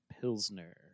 Pilsner